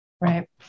right